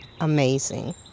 amazing